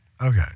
Okay